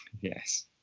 Yes